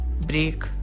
break